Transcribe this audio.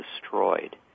destroyed